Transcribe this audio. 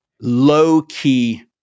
low-key